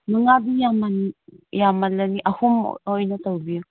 ꯃꯉꯥꯗꯤ ꯌꯥꯝꯃꯜꯂꯅꯤ ꯑꯍꯨꯝ ꯑꯣꯏꯅ ꯇꯧꯕꯤꯎ